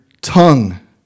tongue